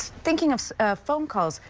thinking of phone calls,